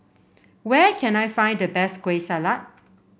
where can I find the best Kueh Salat